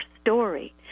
story